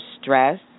stress